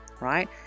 right